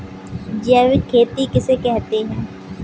जैविक खेती किसे कहते हैं?